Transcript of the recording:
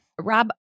Rob